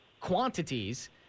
quantities